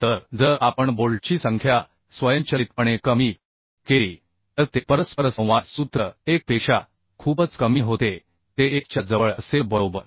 तर जर आपण बोल्टची संख्या स्वयंचलितपणे कमी केली तर ते परस्परसंवाद सूत्र 1 पेक्षा खूपच कमी होते ते 1 च्या जवळ असेल बरोबर